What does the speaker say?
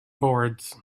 boards